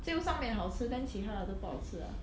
只有上面好吃 then 其他的都不好吃 liao